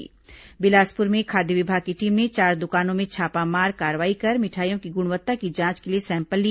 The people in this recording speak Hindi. बिलासपुर में खाद्य विभाग की टीम ने चार दुकानों में छापामार कार्रवाई कर मिठाइयों की गुणवत्ता की जांच के लिए सैंपल लिए